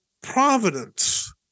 providence